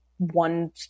one